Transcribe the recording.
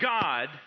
God